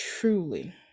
truly